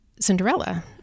Cinderella